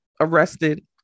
arrested